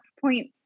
point